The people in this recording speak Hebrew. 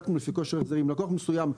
אם לקוח מסוים,